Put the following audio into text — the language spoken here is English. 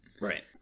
Right